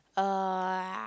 uh